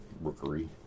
rookery